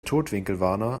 totwinkelwarner